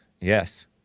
Yes